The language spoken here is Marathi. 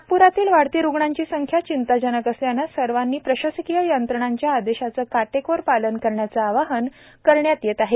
नागप्रातील वाढती रुग्णांची संख्या चिंताजनक असल्याने सर्वांनी प्रशाकीय यंत्रणांच्या आदेशांचे काटेकोर पालन करणाचे आवाहन करण्यात आले आहे